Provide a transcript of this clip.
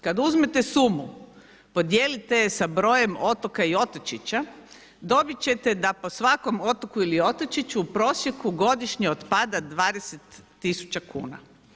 Kad uzmete sumu, podijelite je sa brojem otoka i otočića, dobit ćete da po svakom otoku ili otočiću u prosjeku godišnje otpada 20 tisuća kuna.